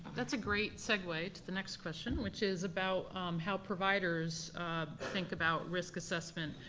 that's a great segue to the next question, which is about how providers think about risk assessment,